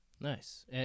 Nice